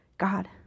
God